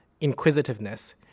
inquisitiveness